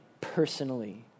personally